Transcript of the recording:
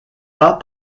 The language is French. pas